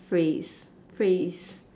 phrase phrase